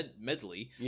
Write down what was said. medley